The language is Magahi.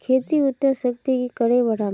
खेतीर उर्वरा शक्ति की करे बढ़ाम?